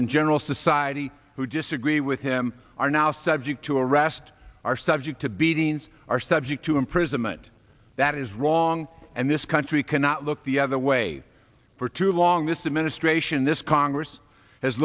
in general society who disagree with him are now subject to arrest are subject to beatings are subject to imprisonment that is wrong and this country cannot look the other way for too long this administration this congress has